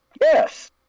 Yes